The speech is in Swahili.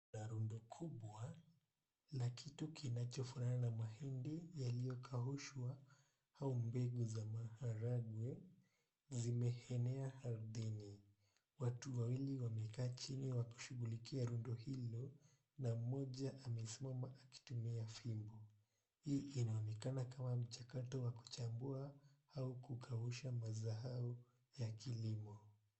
Kuna rundo kubwa la kitu kinachofanana na mahindi iliyokaushwa au mbegu za maharage zimeenea ardhini watu wawili wamekaa chini wakishughulikia rundo hilo na moja amesimama kutumia fimbo, hii inaonekana kama mchakato wa kuchambua au kukausha mazao ya kilimo.